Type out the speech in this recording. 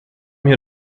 hier